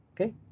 okay